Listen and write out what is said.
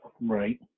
Right